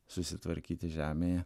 susitvarkyti žemėje